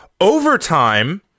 Overtime